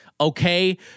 Okay